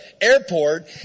airport